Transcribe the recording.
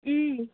ꯎꯝ